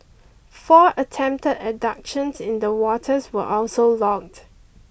four attempted abductions in the waters were also logged